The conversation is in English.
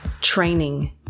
training